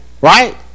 right